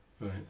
Right